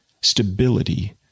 stability